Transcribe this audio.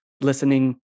listening